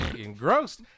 engrossed